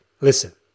listen